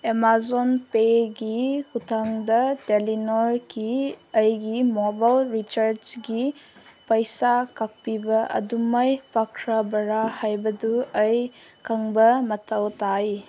Amazon ꯄꯦꯒꯤ ꯈꯨꯠꯊꯥꯡꯗ ꯇꯦꯂꯦꯅꯣꯔꯒꯤ ꯑꯩꯒꯤ ꯃꯣꯕꯥꯏꯜ ꯔꯤꯆꯥꯔꯖꯀꯤ ꯄꯩꯁꯥ ꯀꯥꯞꯄꯤꯕ ꯑꯗꯨ ꯃꯥꯏ ꯄꯥꯛꯈ꯭ꯔꯕꯔꯥ ꯍꯥꯏꯕꯗꯨ ꯑꯩ ꯈꯪꯕ ꯃꯊꯧ ꯇꯥꯏ